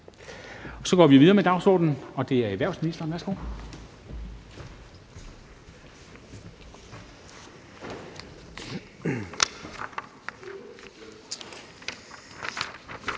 Så går vi videre med dagsordenen. Det er erhvervsministeren. Værsgo.